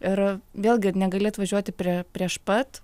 ir vėlgi negali atvažiuoti prie prieš pat